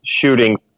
shooting